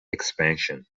expansion